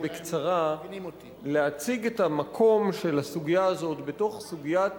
בקצרה להציג את המקום של הסוגיה הזאת בתוך סוגיית